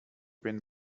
been